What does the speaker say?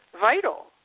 vital